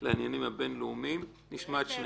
לעניינים הבינלאומיים, נשמע את שניכם.